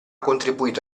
contribuito